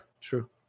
true